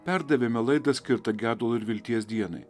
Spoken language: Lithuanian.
perdavėme laidą skirtą gedulo ir vilties dienai